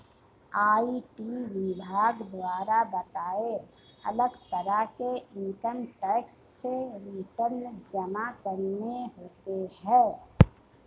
IT विभाग द्वारा बताए, अलग तरह के इन्कम टैक्स रिटर्न जमा करने होते है